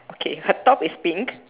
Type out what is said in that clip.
okay her top is pink